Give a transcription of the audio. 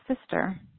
sister